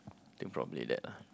think probably that ah